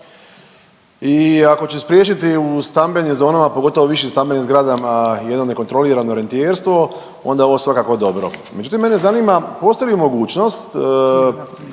i ako će spriječiti u stambenim zonama, pogotovo višim stambenim zgradama jedno nekontrolirano rentijerstvo onda je ovo svakako dobro. Međutim, mene zanima postoji li mogućnost